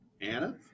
Anna